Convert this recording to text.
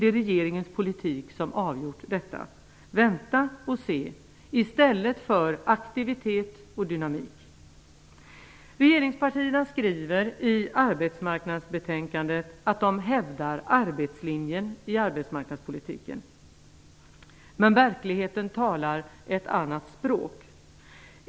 Det är regeringens politik som har avgjort detta -- vänta och se, i stället för aktivitet och dynamik. Regeringspartierna skriver i arbetsmarknadsbetänkandet att de hävdar arbetslinjen i arbetsmarknadspolitiken. Men verkligheten talar ett annat språk.